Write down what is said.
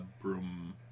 broom